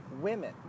women